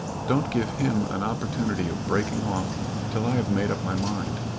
don't give him an opportunity of breaking off till i have made up my mind.